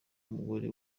numugore